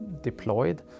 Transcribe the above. deployed